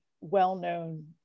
well-known